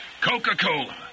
coca-cola